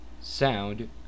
sound